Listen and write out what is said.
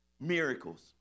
miracles